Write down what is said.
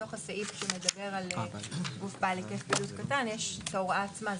בתוך הסעיף שמדבר על גוף בעל היקף פעילות קטן יש את ההוראה עצמה,